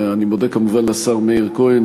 אני מודה כמובן לשר מאיר כהן,